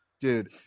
Dude